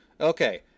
Okay